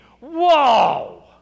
Whoa